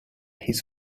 his